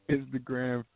Instagram